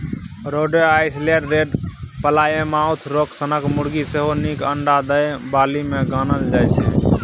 रोडे Island red, Plymouth Rock सनक मुरगी सेहो नीक अंडा दय बालीमे गानल जाइ छै